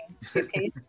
suitcase